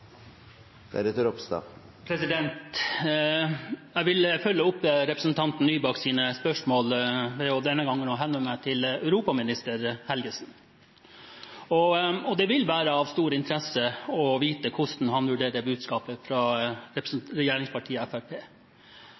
Jeg vil følge opp representanten Nybakks spørsmål og denne gangen henvende meg til europaminister Helgesen. Det vil være av stor interesse å vite hvordan han vurderer det budskapet fra regjeringspartiet